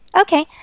Okay